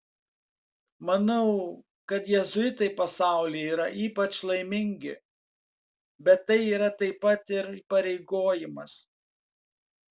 manau kad jėzuitai pasaulyje yra ypač laimingi bet tai yra taip pat ir įpareigojimas